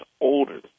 older